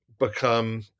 Become